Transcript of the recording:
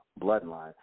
bloodline